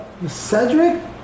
Cedric